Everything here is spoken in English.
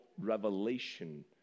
revelation